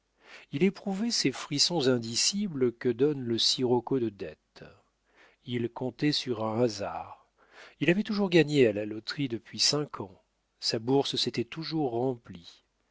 il éprouvait ces frissons indicibles que donne le sirocco de dettes il comptait sur un hasard il avait toujours gagné à la loterie depuis cinq ans sa bourse s'était toujours remplie